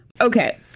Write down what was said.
Okay